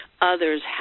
others